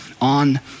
on